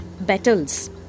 battles